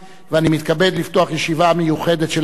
אני מתכבד לפתוח ישיבה מיוחדת של הכנסת,